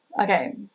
okay